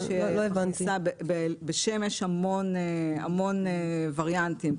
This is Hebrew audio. בשם יש המון וריאנטים.